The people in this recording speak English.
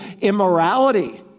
immorality